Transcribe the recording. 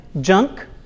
junk